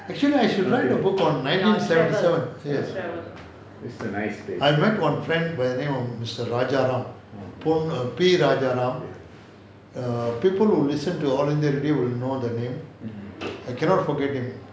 actually I should write a book on nineteen seventy seven yes I met one friend by the name of mister P rajaram err people who listen to all india radio will know the name I cannot forget him